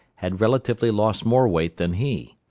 had relatively lost more weight than he.